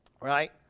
right